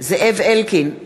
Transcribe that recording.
זאב אלקין,